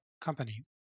company